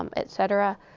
um et cetera.